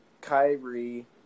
Kyrie